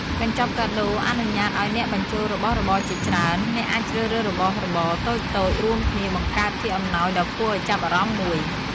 កញ្ចប់កាដូអនុញ្ញាតឱ្យអ្នកបញ្ចូលរបស់របរជាច្រើន អ្នកអាចជ្រើសរើសរបស់របរតូចៗ រួមគ្នាបង្កើតជាអំណោយដ៏គួរឱ្យចាប់អារម្មណ៍មួយ។